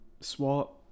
SWAT